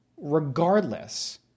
Regardless